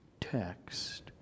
text